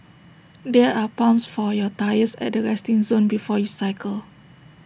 there are pumps for your tyres at the resting zone before you cycle